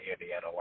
Indiana